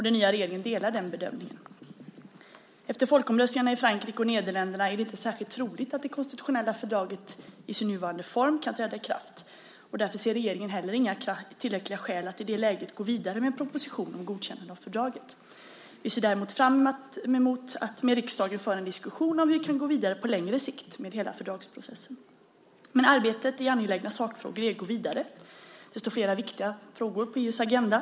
Den nya regeringen delar den bedömningen. Efter folkomröstningarna i Frankrike och Nederländerna är det inte särskilt troligt att det konstitutionella fördraget, i sin nuvarande form, kan träda i kraft. Regeringen ser därför inte tillräckliga skäl för att i det läget gå vidare med en proposition om godkännande av fördraget. Vi ser däremot fram emot att med riksdagen föra en diskussion om hur vi kan gå vidare på längre sikt med hela fördragsprocessen. Men arbetet med angelägna sakfrågor i EU går vidare. Det står flera viktiga frågor på EU:s agenda.